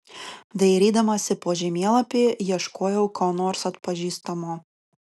dairydamasi po žemėlapį ieškojau ko nors atpažįstamo